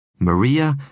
Maria